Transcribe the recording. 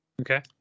Okay